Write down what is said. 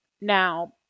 Now